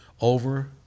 over